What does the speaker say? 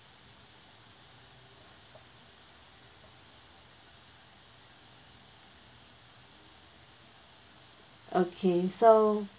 okay so